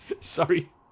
Sorry